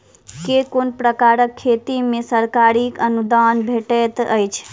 केँ कुन प्रकारक खेती मे सरकारी अनुदान भेटैत अछि?